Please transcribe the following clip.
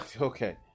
okay